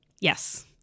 Yes